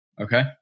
Okay